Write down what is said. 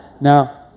Now